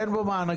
אין בו מענקים.